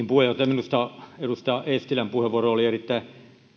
puheenjohtaja minusta edustaja eestilän puheenvuoro oli erittäin